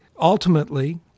Ultimately